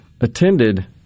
attended